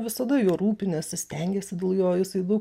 visada juo rūpiniesi stengiesi dėl jo jisai daug